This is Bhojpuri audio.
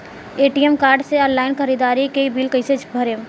ए.टी.एम कार्ड से ऑनलाइन ख़रीदारी के बिल कईसे भरेम?